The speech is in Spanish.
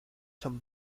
son